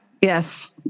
Yes